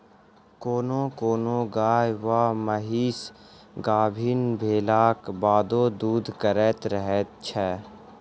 कोनो कोनो गाय वा महीस गाभीन भेलाक बादो दूध करैत रहैत छै